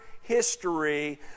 history